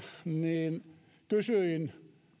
niin kysyin